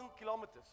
kilometers